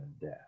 death